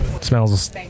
Smells